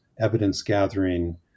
evidence-gathering